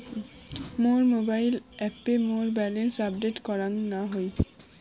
মোর mobile অ্যাপে মোর balance update করাং না হই